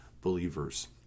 believers